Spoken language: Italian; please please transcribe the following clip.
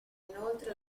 inoltre